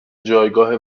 جایگاه